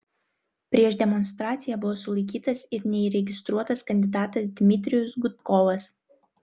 prieš demonstraciją buvo sulaikytas ir neįregistruotas kandidatas dmitrijus gudkovas